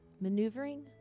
maneuvering